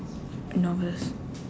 a novice